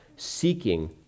seeking